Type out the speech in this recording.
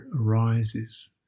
arises